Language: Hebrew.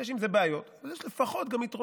יש עם זה בעיות, אבל יש לפחות גם יתרונות.